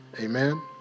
Amen